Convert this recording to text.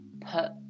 put